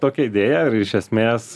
tokia idėja ir iš esmės